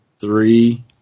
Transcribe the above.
three